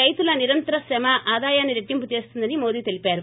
రైతుల నిరంతరం క్రమ ఆదాయాన్ని రెట్టింపు చేస్తుందని తెలిపారు